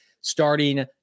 Starting